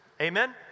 amen